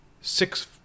Six